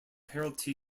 harold